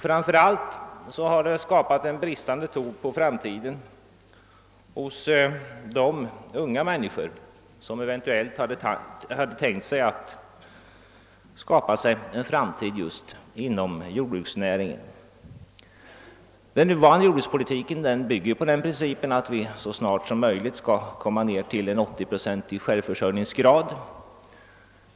Framför allt har det uppstått en bristande tro på framtiden hos de unga människor som eventuellt tänkt sig skapa en framtid inom jordbruksnäringen. Den nuvarande jordbrukspolitiken bygger på principen att vi så snart som möjligt skall komma ned till en 80-procentig självförsörjningsgrad.